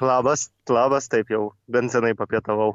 labas labas taip jau bent senai papietavau